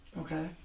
Okay